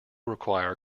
require